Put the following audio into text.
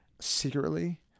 secretly